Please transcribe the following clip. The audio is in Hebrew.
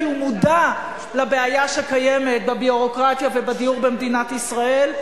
כי הוא מודע לבעיה שקיימת בביורוקרטיה ובדיור במדינת ישראל,